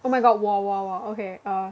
oh my god 我我我 ok uh